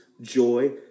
joy